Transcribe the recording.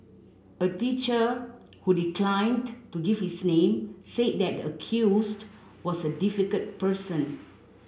a teacher who declined to give his name said that the accused was a difficult person